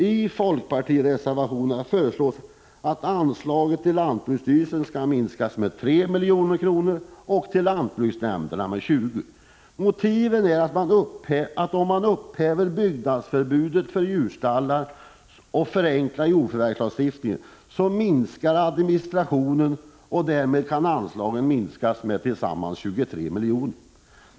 I folkpartireservationerna föreslås att anslaget till lantbruksstyrelsen skall minskas med 3 milj.kr. och anslaget till lantbruksnämnderna med 20 milj.kr. Reservanterna menar att man genom att upphäva byggnadsförbudet avseende djurstallar och förenkla jordförvärvslagstiftningen kan minska administrationen, och därmed skulle anslagen kunna minskas med tillsammans 23 milj.kr.